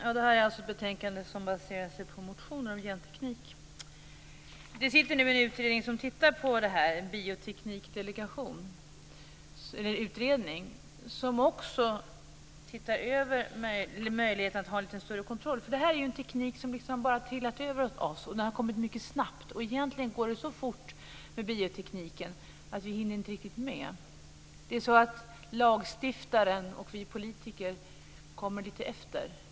Fru talman! Detta betänkande baseras alltså på motioner om genteknik. En bioteknikutredning tittar för närvarande på detta och ser också över möjligheterna att ha lite större kontroll. Det här är ju en teknik som liksom bara har trillat över oss och den har kommit mycket snabbt. Egentligen går det så fort med biotekniken att vi inte riktigt hinner med. Lagstiftaren och vi politiker kommer lite efter.